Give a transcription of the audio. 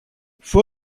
fue